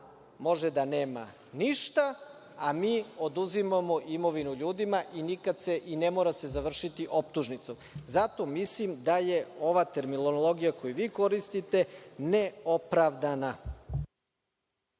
može da nema ništa, a mi oduzimamo imovinu ljudima i ne mora se završiti optužnicom. Zato mislim da je ova terminologija, koju vi koristite, neopravdana.